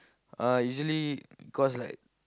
uh usually cost like